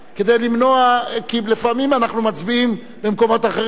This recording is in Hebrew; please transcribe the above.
כדי למנוע כי לפעמים אנחנו מצביעים במקומות אחרים.